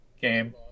game